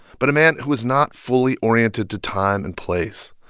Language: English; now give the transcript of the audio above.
but a man who was not fully oriented to time and place,